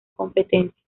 competencia